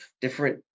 different